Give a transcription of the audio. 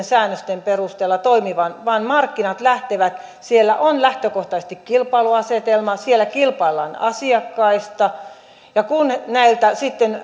säännösten perusteella toimivan vaan markkinat lähtevät siitä että siellä on lähtökohtaisesti kilpailu asetelma siellä kilpaillaan asiakkaista ja kun sitten